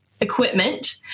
equipment